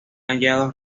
hallado